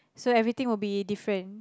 so everything will be different